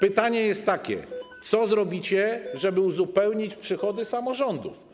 Pytanie jest takie: Co zrobicie, żeby uzupełnić przychody samorządów?